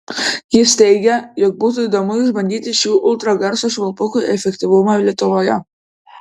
jis teigė jog būtų įdomu išbandyti šių ultragarso švilpukų efektyvumą lietuvoje